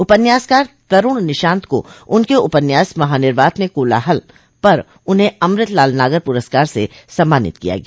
उपन्यासकार तरूण निशान्त को उनके उपन्यास महानिर्वात में कोलाहल पर उन्हें अमृतलाल नागर पुरस्कार से सम्मानित किया गया